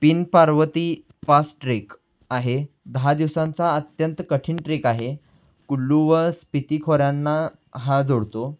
pin Parvati pass trek आहे दहा दिवसांचा अत्यंत कठीण ट्रेक आहे कुल्लू व स्पिती खोऱ्यांना हा जोडतो